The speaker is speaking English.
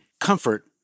comfort